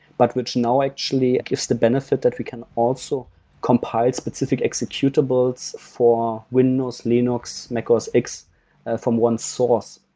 but which now actually gives the benefit that we can also compile specific executables for windows, linux, mac os x from one source.